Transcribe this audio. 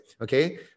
Okay